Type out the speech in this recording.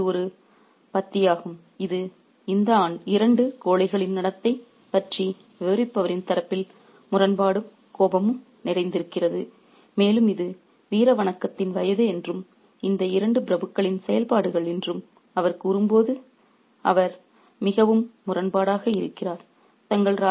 " மீண்டும் இது ஒரு பத்தியாகும் இது இந்த இரண்டு கோழைகளின் நடத்தை பற்றி விவரிப்பவரின் தரப்பில் முரண்பாடும் கோபமும் நிறைந்திருக்கிறது மேலும் இது வீரவணக்கத்தின் வயது என்றும் இந்த இரண்டு பிரபுக்களின் செயல்பாடுகள் என்றும் அவர் கூறும்போது அவர் மிகவும் முரண்பாடாக இருக்கிறார்